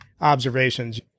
observations